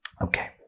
Okay